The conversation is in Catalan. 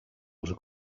els